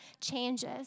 changes